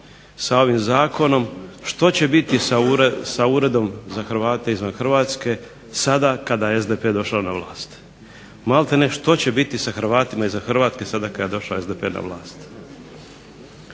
sa ovim zakonom što će biti sa uredom za Hrvate izvan Hrvatske sada kada je SDP došao na vlast? Malte ne što će biti sa Hrvatima izvan Hrvatske sada kada je SDP došao na vlast?